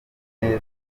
neza